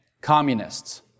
Communists